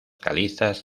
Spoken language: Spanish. calizas